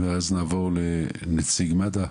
ואז נעבור לנציג מד"א,